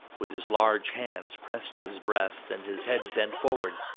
with his large hands pressed to his breast and his head bent forward,